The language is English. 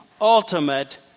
ultimate